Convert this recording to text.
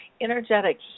energetic